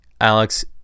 Alex